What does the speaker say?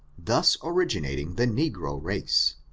thus originating the negro race,